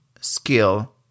skill